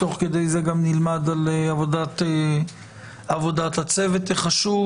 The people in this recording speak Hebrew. תוך כדי זה גם נלמד על עבודת הצוות החשוב.